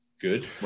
good